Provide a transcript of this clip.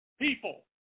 people